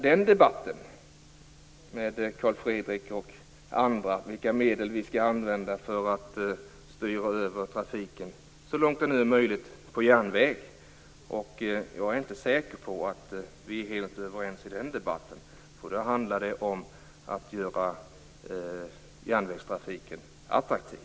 Debatten om vilka medel vi skall använda för att styra över trafiken till järnvägen, så långt det nu är möjligt, får vi föra senare, Carl Fredrik Graf, jag och andra. Jag är inte säker på att vi är helt överens i den debatten. Då handlar det om att göra järnvägstrafiken attraktiv.